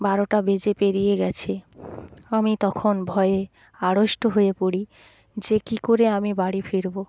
বারোটা বেজে পেরিয়ে গেছে আমি তখন ভয়ে আড়ষ্ট হয়ে পড়ি যে কী করে আমি বাড়ি ফিরবো